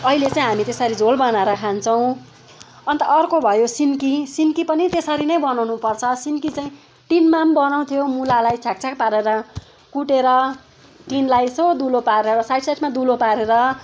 अहिले चाहिँ हामी त्यसरी झोल बनाएर खान्छौँ अन्त अर्को भयो सिन्की सिन्की पनि त्यसरी नै बनाउनु पर्छ सिन्की चाहिँ टिनमा पनि बनाउँथ्यो मुलालाई छ्याक छ्याक पारेर कुटेर टिनलाई यसो दुलो पारेर साइड साइडमा दुलो पारेर